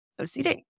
OCD